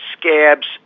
Scabs